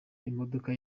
imodoka